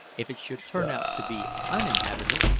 if it should turn out to be uninhabited,